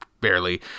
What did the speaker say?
Barely